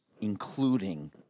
including